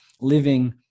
living